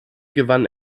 gewann